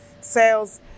sales